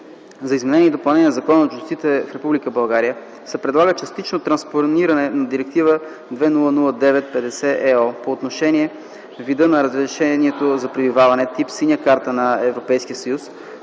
за изменение и допълнение на Закона за чужденците в Република България се предлага частично транспониране на Директива 2009/50/ЕО по отношение вида на разрешението за пребиваване – тип “синя карта на ЕС”,